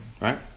Right